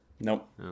Nope